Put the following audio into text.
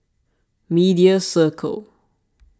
Media Circle